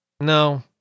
No